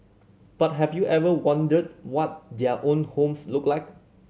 but have you ever wondered what their own homes look like